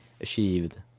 achieved